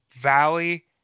valley